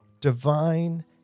divine